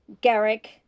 Garrick